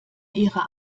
ihrer